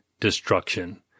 destruction